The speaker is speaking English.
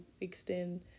extend